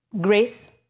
grace